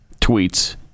Tweets